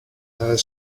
high